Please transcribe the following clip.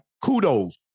Kudos